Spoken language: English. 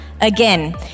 again